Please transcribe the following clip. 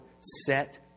set